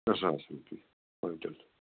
ترٛےٚ ساس رۄپیہِ کۅینٛٹل